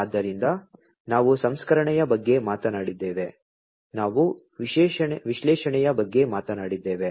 ಆದ್ದರಿಂದ ನಾವು ಸಂಸ್ಕರಣೆಯ ಬಗ್ಗೆ ಮಾತನಾಡಿದ್ದೇವೆ ನಾವು ವಿಶ್ಲೇಷಣೆಯ ಬಗ್ಗೆ ಮಾತನಾಡಿದ್ದೇವೆ